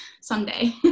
Someday